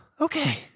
Okay